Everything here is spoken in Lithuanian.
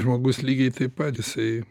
žmogus lygiai taip pat jisai